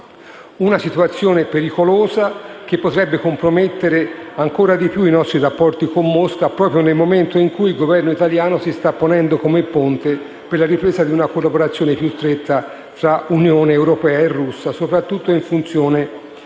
Una situazione pericolosa, che potrebbe compromettere i nostri rapporti con Mosca proprio nel momento in cui il governo italiano si sta ponendo come ponte per la ripresa di una collaborazione più stretta tra Unione europea e Russia, soprattutto in funzione